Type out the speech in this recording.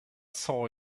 saw